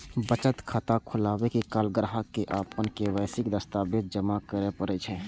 बचत खाता खोलाबै काल ग्राहक कें अपन के.वाई.सी दस्तावेज जमा करय पड़ै छै